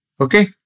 okay